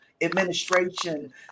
administration